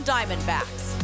Diamondbacks